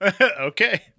okay